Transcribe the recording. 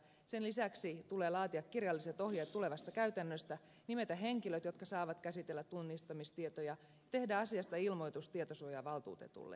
sen lisäksi tulee laatia kirjalliset ohjeet tulevasta käytännöstä nimetä henkilöt jotka saavat käsitellä tunnistamistietoja tehdä asiasta ilmoitus tietosuojavaltuutetulle